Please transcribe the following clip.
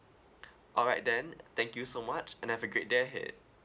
alright then thank you so much and have a great day ahead